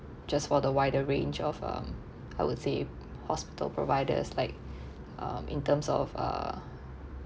just for the wider range of um I would say hospital providers like um in terms of uh